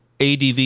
ADV